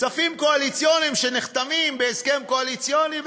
כספים קואליציוניים שנחתמים בהסכם קואליציוני,